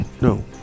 No